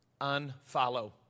Unfollow